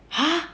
!huh!